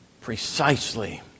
precisely